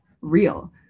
real